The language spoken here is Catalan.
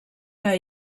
que